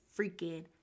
freaking